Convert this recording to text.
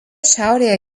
šiaurėje